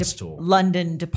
London